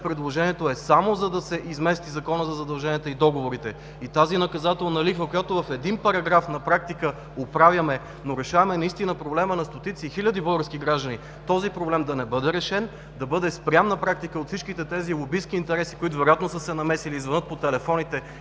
предложението е само за да се измести Законът за задълженията и договорите и тази наказателна лихва, която в един параграф на практика оправяме, но решаваме наистина проблема на стотици и хиляди български граждани – този проблем да не бъде решен, да бъде спрян на практика от всичките тези лобистки интереси, които вероятно са се намесили, звънят по телефоните